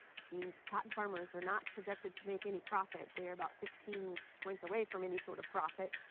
which means cotton farmers are not projected to make any profit, they are about fifteen points away from any sort of profit,